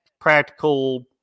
practical